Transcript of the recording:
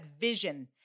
vision